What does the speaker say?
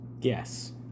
yes